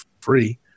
free